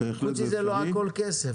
חוץ מזה, לא הכול כסף.